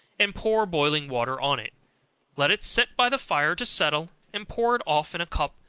and pour boiling water on it let it set by the fire to settle, and pour it off in a cup,